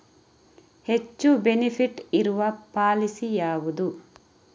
ಹೆಚ್ಚು ಬೆನಿಫಿಟ್ ಇರುವ ಪಾಲಿಸಿ ಯಾವುದು?